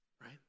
Right